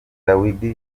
dawidi